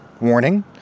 Warning